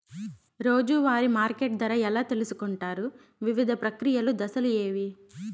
రోజూ వారి మార్కెట్ ధర ఎలా తెలుసుకొంటారు వివిధ ప్రక్రియలు దశలు ఏవి?